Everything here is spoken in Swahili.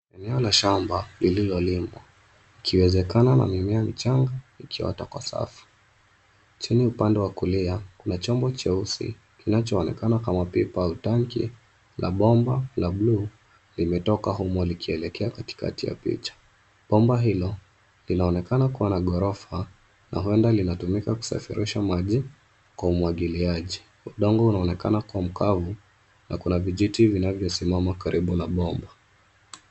Eneo la shamba lililolimwa, ikiwezekana na mimea michanga ikiota kwa safu. Chini upande wa kulia kuna chombo cheusi kinachoonekana kama pipa au tanki na bomba la bluu limetoka humo, likielekea katikati ya picha. Bomba hilo linaonekana kuwa na ghorofa na huenda linatumika kusafirisha maji kwa umwagiliaji. Udongo unaonekana kuwa mkavu na kuna vijiti vinavyosimama karibu na bomba.